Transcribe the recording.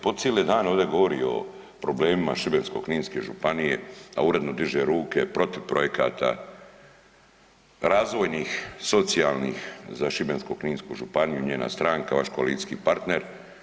Po cijele dane ovdje govori o problemima Šibensko-kninske županije, a uredno diže ruke protiv projekata razvojnih, socijalnih za Šibensko-kninsku županiju njena stranka vaš koalicijski partner.